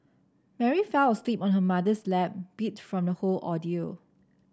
Mary fell asleep on her mother's lap beat from the whole ordeal